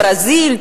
ברזיל,